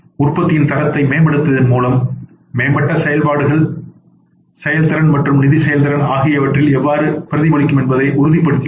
உற்பத்தியின் தரத்தை மேம்படுத்துவதன் மூலம் மேம்பட்ட செயல்பாட்டு செயல்திறன் மற்றும் நிதி செயல்திறன் ஆகியவற்றில் எவ்வாறு பிரதிபலிக்கும் என்பதை உறுதிப்படுத்திக் கொள்ளுங்கள்